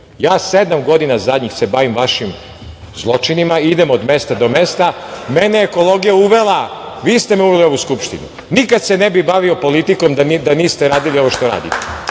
Ja sedam godina zadnjih se bavim vašim zločinima, idem od mesta do mesta. Mene je ekologija uvela, vi ste me uveli u ovu Skupštinu. Nikad se ne bih bavio politikom da niste radili ovo što radite